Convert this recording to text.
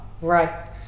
Right